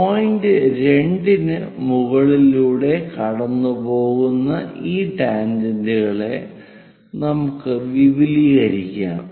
point 2 ന് മുകളിലൂടെ കടന്നുപോകുന്ന ഈ ടാൻജെന്റുകളെ നമുക്ക് വിപുലീകരിക്കാം